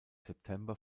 september